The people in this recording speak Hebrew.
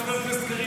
חבר הכנסת קריב,